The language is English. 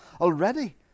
already